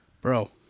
Bro